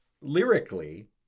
Lyrically